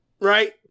Right